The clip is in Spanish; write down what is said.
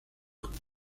look